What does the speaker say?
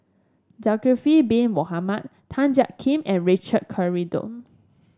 Zulkifli Bin Mohamed Tan Jiak Kim and Richard Corridon